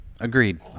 agreed